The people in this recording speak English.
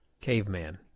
Caveman